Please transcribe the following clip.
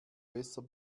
besser